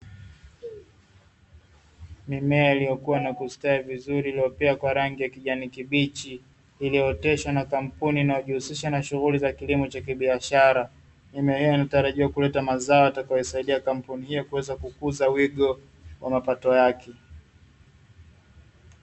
Mimea iliyokuwa na kustawi vizuri iliyopea kwa rangi ya kijani kibichi, iliyooteshwa na kampuni inayojihusisha na shughuli za kilimo cha kibiashara. Mimea hiyo inatarajiwa kuleta mazao yatakayotarajiwa kuisaidia kampuni hiyo, kuweza kukuza wigo wa mapato yake.